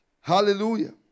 Hallelujah